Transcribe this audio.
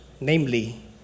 namely